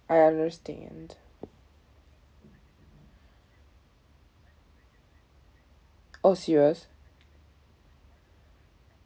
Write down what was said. I understand oh serious